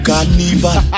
Carnival